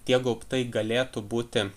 tie gaubtai galėtų būti